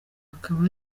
akaba